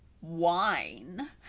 wine